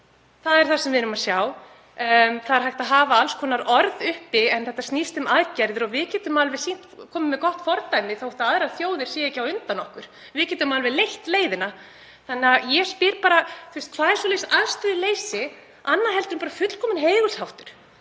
Það er það sem við erum að sjá. Það er hægt að hafa alls konar orð uppi en þetta snýst um aðgerðir og við getum alveg sýnt gott fordæmi þó að aðrar þjóðir séu ekki á undan okkur. Við getum alveg leitt leiðina. Ég spyr bara: Hvað er svoleiðis afstöðuleysi annað en bara fullkominn heigulsháttur?